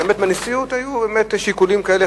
שבנשיאות היו באמת שיקולים כאלה,